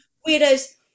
whereas